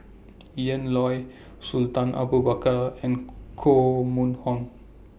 Ian Loy Sultan Abu Bakar and Koh Mun Hong